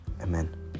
Amen